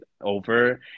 over